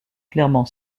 clairement